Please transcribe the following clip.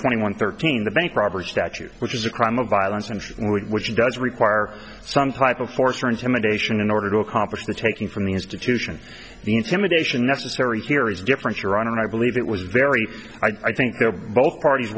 twenty one thirteen the bankrobber statute which is a crime of violence and which does require some type of force or intimidation in order to accomplish the taking from the institution the intimidation necessary here is different your honor and i believe it was very i think they're both parties